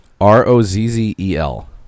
R-O-Z-Z-E-L